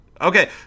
Okay